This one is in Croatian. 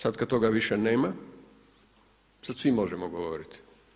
Sad kad toga više nema, sad svi možemo govoriti.